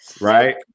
Right